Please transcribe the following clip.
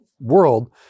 world